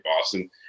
Boston